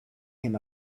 him